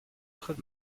could